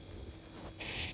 everywhere you go like